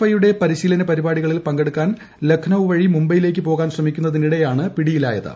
I യുടെ പരിശീലന പരിപാടികളിൽ പങ്കെടുക്കാൻ ലഖ്നൌ വഴി മുംബൈയിലേക്ക് പോകാൻ ശ്രമിക്കുന്നതിനിടെയാണ് പിടിയിലായത്